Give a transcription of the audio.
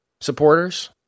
supporters